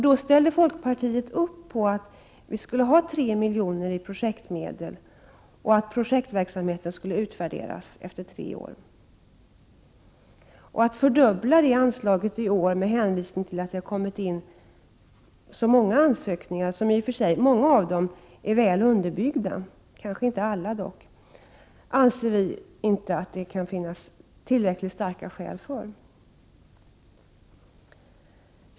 Då ställde folkpartiet sig bakom att vi skulle ha 3 milj.kr. i projektmedel och att projektverksamheten skulle utvärderas efter tre år. Att fördubbla anslaget i år med hänvisning till att det har kommit in så många ansökningar — många av dem är väl underbyggda, dock kanske inte alla — anser vi inte att det kan finnas tillräckligt starka skäl för.